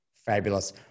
Fabulous